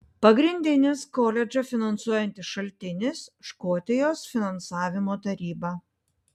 pagrindinis koledžą finansuojantis šaltinis škotijos finansavimo taryba